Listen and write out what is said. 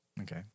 Okay